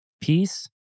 peace